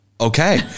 Okay